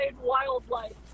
Wildlife